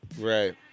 Right